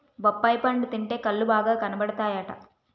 బొప్పాయి పండు తింటే కళ్ళు బాగా కనబడతాయట